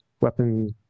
weapon